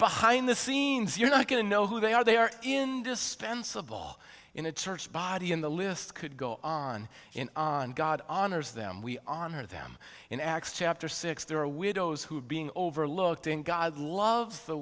behind the scenes you're not going to know who they are they are indispensable in a church body in the list could go on and on god honors them we honor them in acts chapter six there are a widows who are being overlooked in god loves the